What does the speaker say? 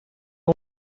una